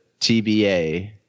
TBA